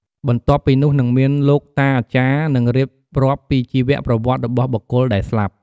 បន្ទាប់់ពីនោះនិងមានលោកតាអាចារ្យនឹងរៀបរាប់ពីជីវប្រវត្តិរបស់បុគ្គលដែលស្លាប់។